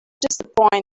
disappointed